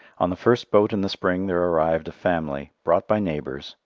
on the first boat in the spring there arrived a family, brought by neighbours,